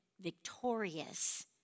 victorious